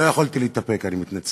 לא יכולתי להתאפק, אני מתנצל.